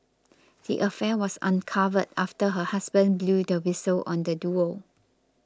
the affair was uncovered after her husband blew the whistle on the duo